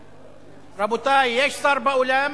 רבותי, יש שר באולם?